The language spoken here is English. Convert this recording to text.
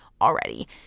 already